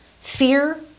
fear